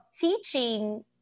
teaching